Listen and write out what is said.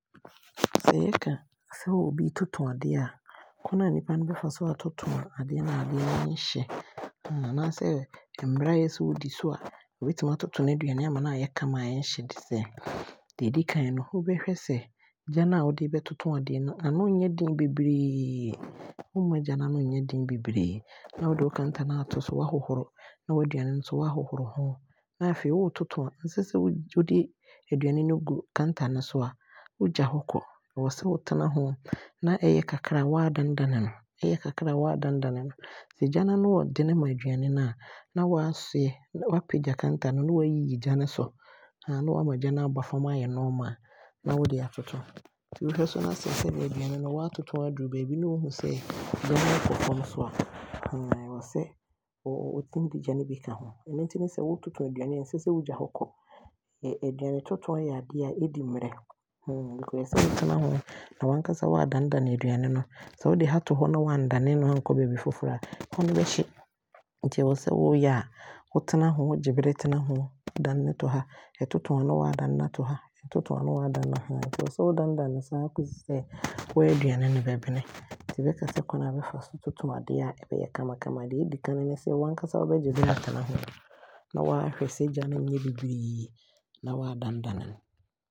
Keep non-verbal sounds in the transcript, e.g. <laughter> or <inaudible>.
Sɛ yɛka sɛ obi retoto adeɛ a, kwane a nipa no bɛfa so aatoto a adeɛ no ɛnhye die <hesitation> anaaa sɛ mmra a ɔwɔ sɛ bi di so a ɔbɛtumi aatoto n’aduane no ɔbɛyɛ kama a ɔnhye de sɛ, deɛ ɔdikan no, wobɛhwɛ sɛgya no a wode eebɛtoto adeɛ no ano nnyɛ den bebree na wode wo Kanta no aato so na waahohoro na w’aduane he nso na waahohoro ho na afei waatoto. Hwɛ sɛ womfa aduane no ngu Kanta no so na waagya hɔ aakɔ na mmom wobɛtena ho na ɛyɛ kakra a waadane dane no. Ɛyɛ kakra a na waadane dane no. Ɛgya no ɛɛden ma aduane he a na waasoeɛ na wapagya Kanta he na wayi yi gya no so <hesitation> na wama gya no aaba fam ayɛ normal na wode aatoto. Wohwɛ nso na sɛdeɛ aduane he waatoto aduru baabi ne wo hunu sɛ gya no ɔɔkɔ fam <hesitation> ɛwɔ sɛ wotumi de gya he bi ka ho. Ɛno nti sɛ woototo aduane a ɛnsɛsɛ wogya hɔ kɔ. Aduane toto yɛ adeɛ a edi berɛ <hesitation> ɛwɔ sɛ wotena ho na wankasa waadane dane aduane he. Sɛ wode ha to hɔ na wannane dane he a ɛhɔ no bɛhye, nti ɛwɔ sɛ wooyɛ a wotena ho, gye bere tena ho dane he tɔ ha, ɛtoto a na waadane he ato ha. Ɛwɔ sɛ wodane dane noaa kɔsi sɛ waaduane he bɛbene. Nti na yɛkyerɛ sɛ kwane a wobɛfa so aatoto adeɛ kamakama ne sɛ, deɛ ɔdikane woankasa wobɛgyae bere atena ho, na waahwɛ sɛ gya he nnyɛ beberee na waadane dane he.